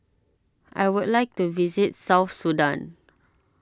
I would like to visit South Sudan